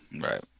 Right